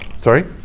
Sorry